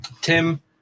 Tim